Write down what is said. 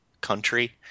Country